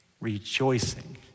Rejoicing